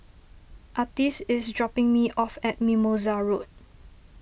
Artis is dropping me off at Mimosa Road